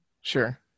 Sure